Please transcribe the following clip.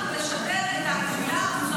--- שנקראת לב"חים.